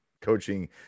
coaching